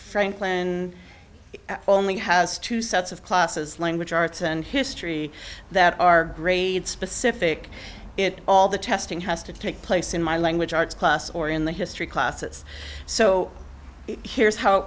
franklin only has two sets of classes language arts and history that are grade specific it all the testing has to take place in my language arts class or in the history classes so here's how it